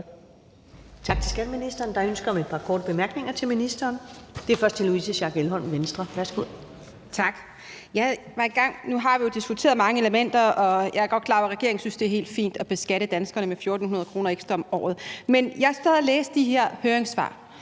Tak til skatteministeren. Der er ønske om et par korte bemærkninger til ministeren, først fra fru Louise Schack Elholm, Venstre. Værsgo. Kl. 14:13 Louise Schack Elholm (V): Tak. Nu har vi jo diskuteret mange elementer, og jeg er godt klar over, at regeringen synes, det er helt fint at beskatte danskerne med 1.400 kr. ekstra om året. Men jeg sad og læste de her høringssvar,